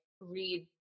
read